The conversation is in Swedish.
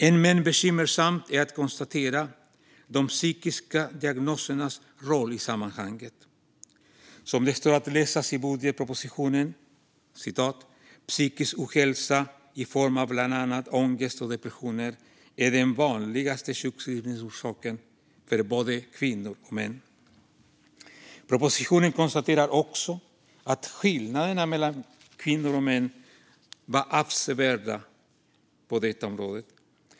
Än mer bekymmersamt är att konstatera de psykiska diagnosernas roll i sammanhanget. Det står att läsa i budgetpropositionen att "psykisk ohälsa, i form av bl.a. ångest och depressioner, är i dag den vanligaste sjukskrivningsorsaken för både kvinnor och män". I propositionen konstateras också att skillnaderna mellan kvinnor och män var avsevärda på området.